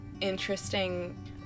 interesting